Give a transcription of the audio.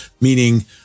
Meaning